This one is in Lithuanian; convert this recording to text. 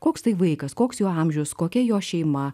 koks tai vaikas koks jo amžius kokia jo šeima